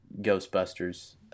Ghostbusters